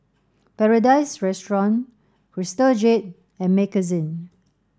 Paradise Restaurant Crystal Jade and